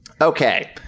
Okay